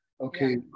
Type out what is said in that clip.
Okay